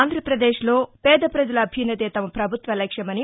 ఆంధ్రప్రదేశ్లో పేదప్రజల అభ్యన్నతే తమ ప్రభుత్వ లక్ష్యమని